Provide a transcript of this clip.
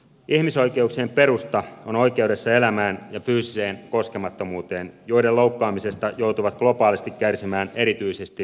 ihmisoikeuksien perusta on oikeudessa elämään ja fyysiseen koskemattomuuteen joiden loukkaamisesta joutuvat globaalisti kärsimään erityisesti naiset